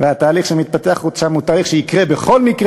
והתהליך שמתפתח שם הוא תהליך שיקרה בכל מקרה,